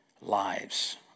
lives